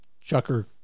chucker